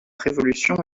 révolution